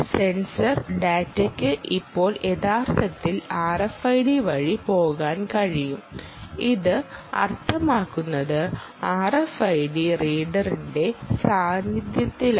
sensor ഡാറ്റയ്ക്ക് ഇപ്പോൾ യഥാർത്ഥത്തിൽ RFID വഴി പോകാൻ കഴിയും ഇത് അർത്ഥമാക്കുന്നത് RFID റീഡറിന്റെ സാന്നിധ്യത്തിലാണ്